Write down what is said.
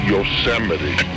Yosemite